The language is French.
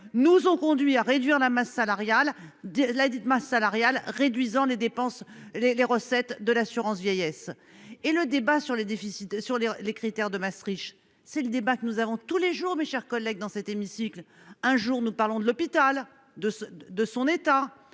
nous ont conduit à réduire la masse salariale de ladite masse salariale réduisant les dépenses, les, les recettes de l'assurance vieillesse et le débat sur les déficits. Sur les les critères de Maastricht, c'est le débat que nous avons tous les jours, mes chers collègues, dans cet hémicycle un jour nous parlons de l'hôpital de de son état